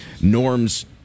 Norm's